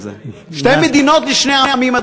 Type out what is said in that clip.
בשתי מדינות לשני עמים.